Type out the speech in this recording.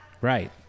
Right